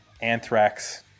anthrax